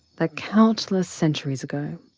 that countless centuries ago,